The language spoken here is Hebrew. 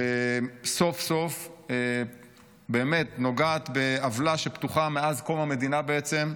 שסוף-סוף באמת נוגעת בעוולה שפתוחה מאז קום המדינה בעצם.